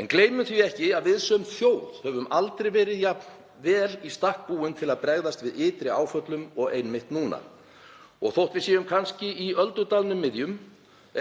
En gleymum því ekki að við sem þjóð höfum aldrei verið jafn vel í stakk búin til að bregðast við ytri áföllum og einmitt núna. Og þótt við séum núna kannski í öldudalnum miðjum